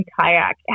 kayak